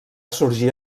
sorgir